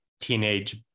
teenage